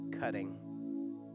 cutting